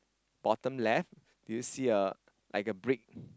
bottom left do you see a like a brick